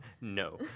no